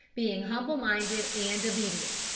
being humble-minded and obedient.